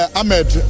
ahmed